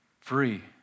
free